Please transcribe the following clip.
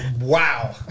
Wow